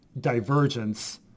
divergence